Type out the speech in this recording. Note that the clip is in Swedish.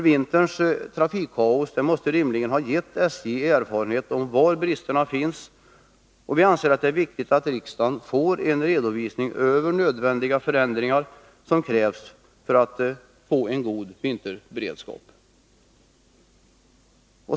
Vinterns trafikkaos måste rimligen ha gett SJ erfarenhet av var bristerna finns, och vi anser att det är viktigt att riksdagen får en redovisning över de förändringar som krävs för att få en god vinterberedskap.